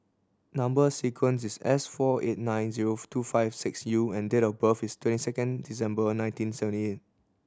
number sequence is S four eight nine zero two five six U and date of birth is twenty second December nineteen seventy eight